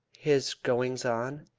his goings-on?